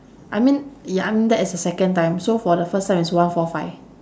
I mean ya I m~ that is the second time so for the first time is one four five